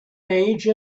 age